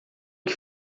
que